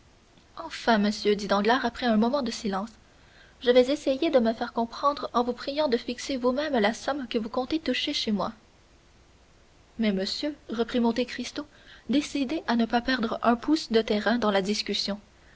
enfin monsieur dit danglars après un moment de silence je vais essayer de me faire comprendre en vous priant de fixer vous-même la somme que vous comptez toucher chez moi mais monsieur reprit monte cristo décidé à ne pas perdre un pouce de terrain dans la discussion